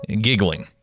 giggling